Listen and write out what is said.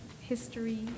history